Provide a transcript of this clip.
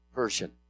version